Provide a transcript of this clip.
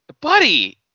Buddy